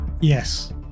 yes